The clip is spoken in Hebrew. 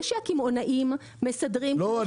זה שהקמעונאים מסדרים --- לא,